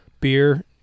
beer